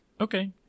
Okay